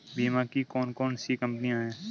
बीमा की कौन कौन सी कंपनियाँ हैं?